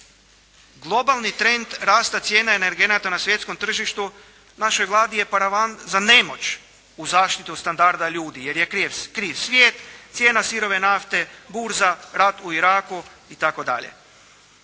Globalni trend rasta cijena energenata na svjetskom tržištu našoj Vladi je paravan za nemoć uz zaštitu standarda ljudi, jer je kriv svijet, cijena sirove nafte, burza, rat u Iraku itd.